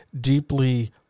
deeply